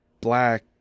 black